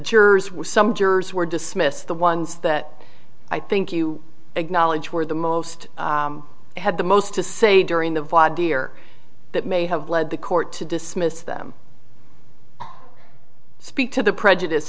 were some jurors were dismissed the ones that i think you acknowledge were the most had the most to say during the year that may have led the court to dismiss them speak to the prejudice